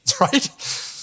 right